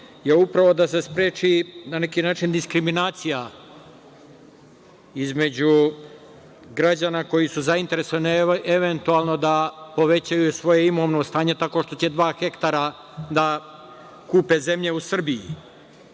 je upravo da se spreči na neki način diskriminacija između građani koji su zainteresovani eventualno da povećaju svoje imovno stanje tako što će dva hektara da kupe zemlje u Srbiji.